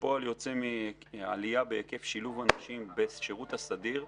כפועל יוצא מהעלייה בהיקף שילוב הנשים בשירות הסדיר,